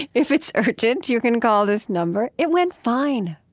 if it's urgent, you can call this number. it went fine,